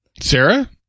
Sarah